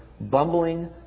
bumbling